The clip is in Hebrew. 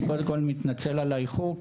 אני קודם כל מתנצל על האיחור,